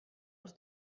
els